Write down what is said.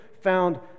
found